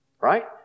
Right